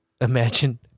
Imagine